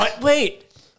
wait